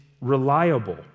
reliable